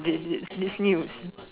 is it this news